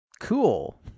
Cool